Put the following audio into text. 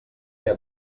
què